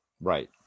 Right